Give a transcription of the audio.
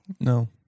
No